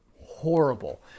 horrible